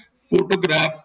photograph